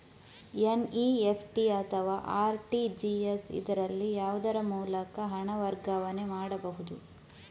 NEFT ಅಥವಾ RTGS, ಇದರಲ್ಲಿ ಯಾವುದರ ಮೂಲಕ ಹಣ ವರ್ಗಾವಣೆ ಮಾಡಬಹುದು?